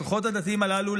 הכוחות הדתיים הללו,